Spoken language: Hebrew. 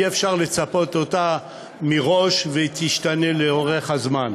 אי-אפשר לצפות אותה מראש, והיא תשתנה לאורך הזמן.